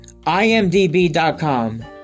imdb.com